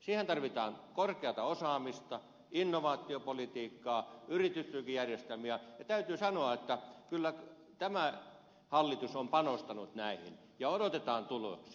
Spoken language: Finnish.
siihen tarvitaan korkeata osaamista innovaatiopolitiikkaa yritystukijärjestelmiä ja täytyy sanoa että kyllä tämä hallitus on panostanut näihin ja odotetaan tuloksia